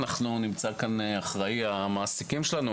ונמצא כאן אחראי המעסיקים שלנו,